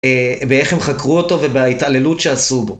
באיך הם חקרו אותו ובהתעללות שעשו בו.